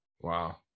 Wow